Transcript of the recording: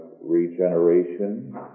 regeneration